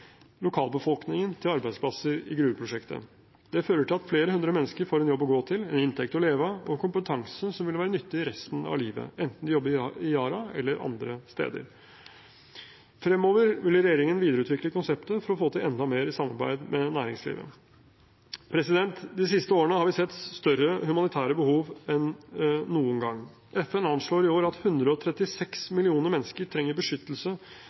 lokalbefolkningen til arbeidsplasser i gruveprosjektet. Det fører til at flere hundre mennesker får en jobb å gå til, en inntekt å leve av og kompetanse som vil være nyttig resten av livet, enten de jobber i Yara eller andre steder. Fremover vil regjeringen videreutvikle konseptet for å få til enda mer i samarbeid med næringslivet. De siste årene har vi sett større humanitære behov enn noen gang. FN anslår i år at 136 millioner mennesker trenger beskyttelse